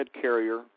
carrier